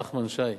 נחמן שי,